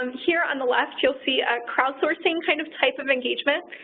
um here on the left you'll see a crowdsourcing kind of type of engagement.